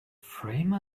frame